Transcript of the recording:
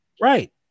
Right